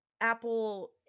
apple